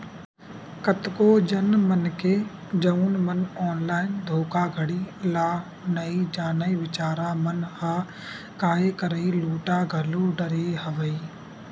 कतको झन मनखे जउन मन ऑनलाइन धोखाघड़ी ल नइ जानय बिचारा मन ह काय करही लूटा घलो डरे हवय